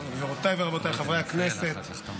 גבירותיי ורבותיי חברי הכנסת,